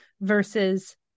versus